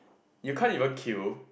you can't even queue